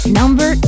number